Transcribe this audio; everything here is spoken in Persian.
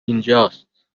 اینجاست